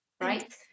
right